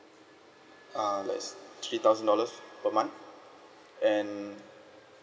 uh let's three thousand dollars per month and